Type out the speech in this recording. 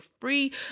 free